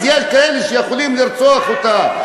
אז יש כאלה שיכולים לרצוח אותה.